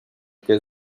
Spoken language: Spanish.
que